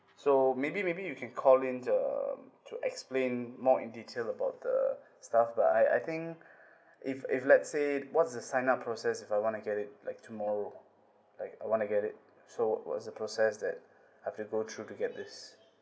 so maybe maybe you can call in um to explain more in detail about the stuff but I I think if if let's say what's the sign up process if I wanna get it like tomorrow like I wanna get it so what's the process that I have to go through to get this